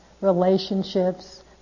relationships